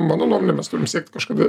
mano nuomone mes turim siekti kažkada